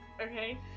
Okay